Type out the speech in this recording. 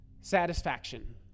satisfaction